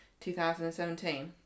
2017